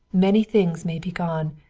many things may be gone,